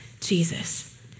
Jesus